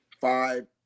five